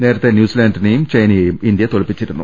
നേരത്തെ ന്യൂസിലാന്റിനെയും ചൈനയെയും ഇന്ത്യ തോൽപ്പിച്ചിരുന്നു